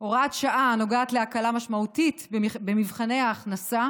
הוראת שעה הנוגעת להקלה משמעותית במבחני ההכנסה